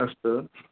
अस्तु